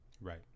Right